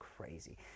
crazy